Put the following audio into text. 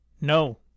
No